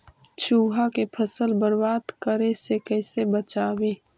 चुहा के फसल बर्बाद करे से कैसे बचाबी?